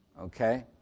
Okay